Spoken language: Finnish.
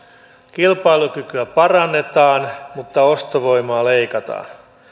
kilpailukykyä parannetaan mutta ostovoimaa leikataan